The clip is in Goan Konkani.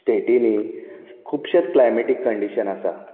स्टॅटिनीं खुबशे क्लायमॅटीक कंडीशन आसात